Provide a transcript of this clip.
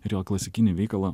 ir jo klasikinį veikalą